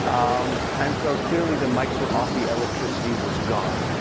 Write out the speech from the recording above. um and so, clearly, the mics were off. the electricity was gone.